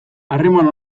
harreman